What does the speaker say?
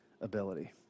ability